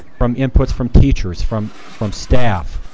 from inputs from teachers, from from staff,